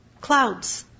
Clouds